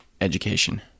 education